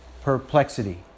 perplexity